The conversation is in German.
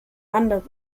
andere